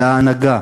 אלא ההנהגה.